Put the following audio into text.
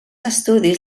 estudis